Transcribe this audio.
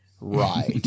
Right